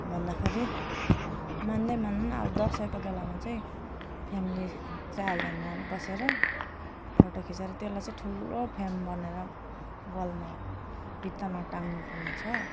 भन्दाखेरि मान्दै मानेन दसैँको बेलामा चाहिँ फ्यामिली चारजना बसेर फोटो खिचेर त्यसलाई चाहिँ ठुलो फ्रेम बनाएर वालमा भित्तामा टाँग्नु पर्ने छ